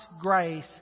grace